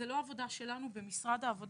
זאת לא העבודה שלנו במשרד העבודה.